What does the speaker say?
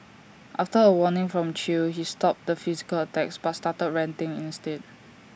after A warning from chew he stopped the physical attacks but started ranting instead